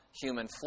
human